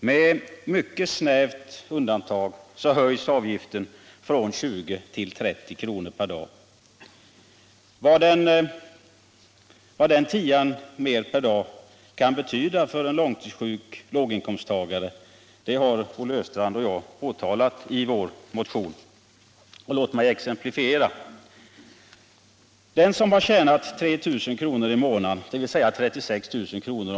Med mycket snävt undantag höjs avgiften från 20 till 30 kr. per dag. Vad den tian mer per dag kan betyda för en långtidssjuk låginkomsttagare har Olle Östrand och jag påtalat i vår motion. Låt mig exemplifiera. Den som har tjänat 3000 kr. i månaden, dvs. 36 000 kr.